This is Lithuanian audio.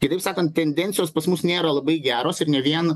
kitaip sakant tendencijos pas mus nėra labai geros ir ne vien